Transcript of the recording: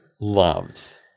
Loves